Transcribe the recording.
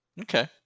okay